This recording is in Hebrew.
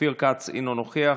אבי מעוז, אינו נוכח,